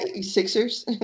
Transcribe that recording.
Sixers